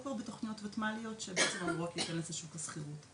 כבר בתוכניות וותמ"ליות ושהן בעצם אמורות להיכנס לשוק השכירות.